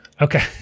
Okay